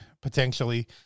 potentially